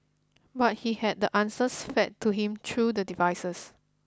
but he had the answers fed to him through the devices